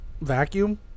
vacuum